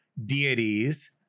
deities